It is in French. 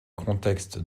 contexte